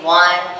one